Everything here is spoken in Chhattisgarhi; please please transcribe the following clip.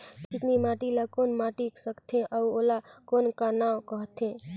चिकनी माटी ला कौन माटी सकथे अउ ओला कौन का नाव काथे?